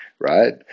right